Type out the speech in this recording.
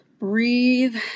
Breathe